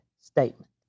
statement